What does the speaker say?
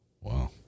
Wow